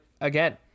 again